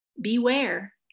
Beware